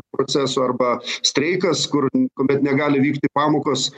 proceso arba streikas kur kuomet negali vykti pamokos